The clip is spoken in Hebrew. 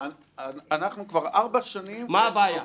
אנחנו כבר ארבע שנים --- מה הבעיה?